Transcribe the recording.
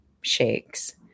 shakes